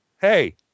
Hey